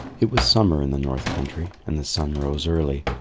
it was summer in the north country, and the sun rose early.